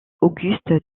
auguste